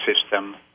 System